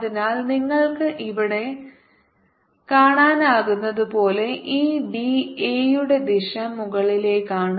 അതിനാൽ നിങ്ങൾക്ക് ഇവിടെ കാണാനാകുന്നതുപോലെ ഈ d a യുടെ ദിശ മുകളിലേക്കാണ്